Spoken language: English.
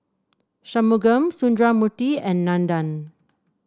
Shunmugam Sundramoorthy and Nandan